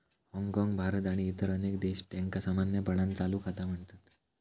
हाँगकाँग, भारत आणि इतर अनेक देश, त्यांका सामान्यपणान चालू खाता म्हणतत